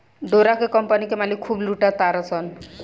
डोरा के कम्पनी के मालिक खूब लूटा तारसन